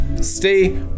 stay